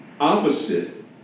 opposite